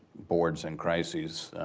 boards and crises.